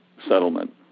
settlement